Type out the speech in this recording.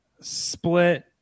Split